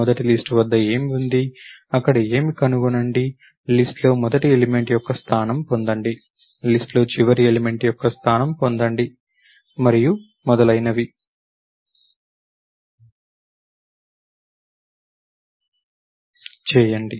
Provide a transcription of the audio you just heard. మొదటి లిస్ట్ వద్ద ఏమి ఉంది అక్కడ ఏమి కనుగొనండి లిస్ట్ లో మొదటి ఎలిమెంట్ యొక్క స్థానం పొందండి లిస్ట్ లో చివరి ఎలిమెంట్ యొక్క స్థానం పొందండి మరియు మొదలైనవి చేయండి